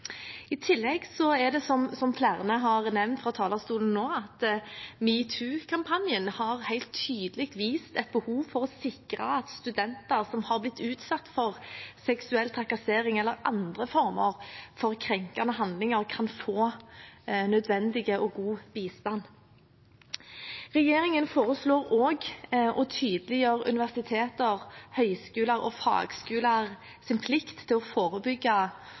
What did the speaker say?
I tillegg har, som flere har nevnt fra talerstolen nå, metoo-kampanjen helt tydelig vist et behov for å sikre at studenter som har blitt utsatt for seksuell trakassering eller andre former for krenkende handlinger, kan få nødvendig og god bistand. Regjeringen foreslår også å tydeliggjøre universiteter, høyskoler og fagskoler sin plikt til å forebygge